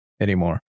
anymore